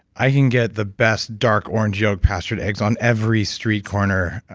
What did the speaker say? i can get the best dark orange yolk pastured eggs on every street corner,